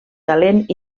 talent